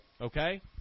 Okay